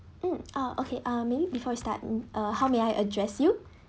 mm oh okay um maybe before you start mm uh how may I address you